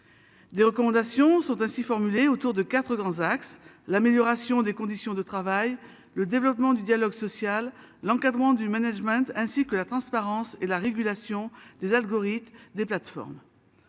Des recommandations sont ainsi formulé autour de 4 grands axes, l'amélioration des conditions de travail, le développement du dialogue social, l'encadrement du management, ainsi que la transparence et la régulation des algorithmes, des plateformes.